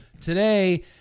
Today